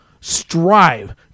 strive